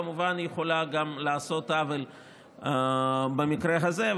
כמובן יכולה גם לעשות עוול במקרה הזה.